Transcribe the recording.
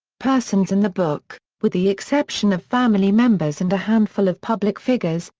persons in the book with the exception of family members and a handful of public figures,